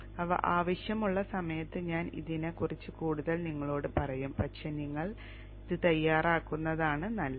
അവ ആവശ്യമുള്ള സമയത്ത് ഞാൻ ഇതിനെക്കുറിച്ച് കൂടുതൽ നിങ്ങളോട് പറയും പക്ഷേ നിങ്ങൾ ഇത് തയ്യാറാക്കുന്നതാണ് നല്ലത്